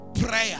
prayer